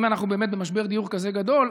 אם אנחנו באמת במשבר דיור כזה גדול,